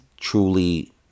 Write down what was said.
truly